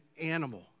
animal